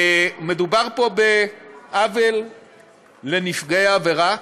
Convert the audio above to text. מדובר פה בעוול לנפגעי עבירה,